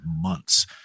months